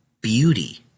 beauty